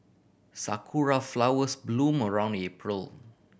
sakura flowers bloom around April